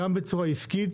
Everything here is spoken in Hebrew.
בצורה עסקית.